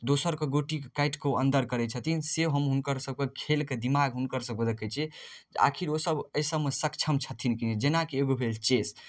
दोसरके गोटीके काटि कऽ ओ अन्दर करै छथिन से हम हुनकर सबके खेलके दिमाग हुनकर सबके देखै छियै जे आखिर ओसब एहि सबमे सक्षम छथिन की नहि जेनाकि एगो भेल चेस